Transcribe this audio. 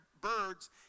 birds